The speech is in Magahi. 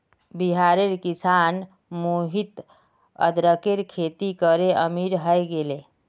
बिहारेर किसान मोहित अदरकेर खेती करे अमीर हय गेले